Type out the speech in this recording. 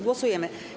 Głosujemy.